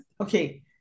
okay